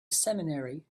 seminary